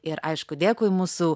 ir aišku dėkui mūsų